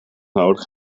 nodig